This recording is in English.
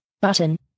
Button